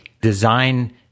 design